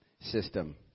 system